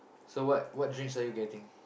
so what what drinks are you getting